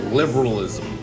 liberalism